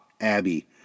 Abby